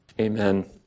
Amen